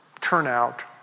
turnout